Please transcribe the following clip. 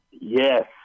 Yes